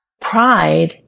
Pride